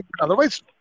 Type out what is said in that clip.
Otherwise